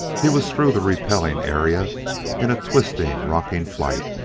he was through the repelling area in a twisting, rocking flight.